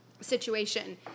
situation